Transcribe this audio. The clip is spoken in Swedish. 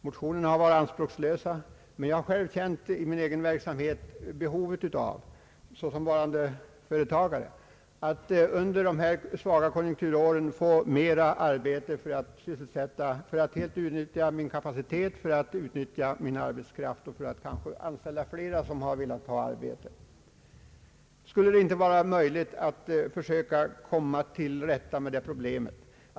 Motionerna har varit anspråkslösa, men jag har själv i min egen verksamhet som företagare känt behov av att under de svaga konjunkturåren få mer arbete för att kunna helt utnyttja min kapacitet och min arbetskraft och kanske anställa fler som velat ha arbete. Skulle det inte vara möjligt att försöka komma till rätta med det problemet?